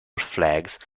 flags